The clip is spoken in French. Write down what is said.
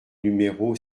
numéro